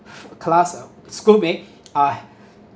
class uh schoolmate uh